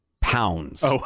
pounds